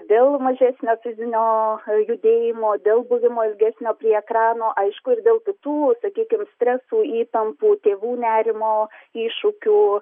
dėl mažesnio fizinio judėjimo dėl buvimo ilgesnio prie ekrano aišku ir dėl kitų sakykim stresų įtampų tėvų nerimo iššūkių